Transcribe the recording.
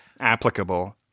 Applicable